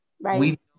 right